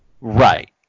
right